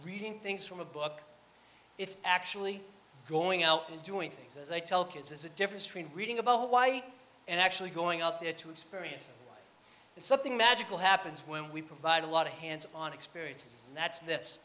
reading things from a book it's actually going out and doing things as i tell kids is the difference between reading about hawaii and actually going out there to experience something magical happens when we provide a lot of hands on experience and that's th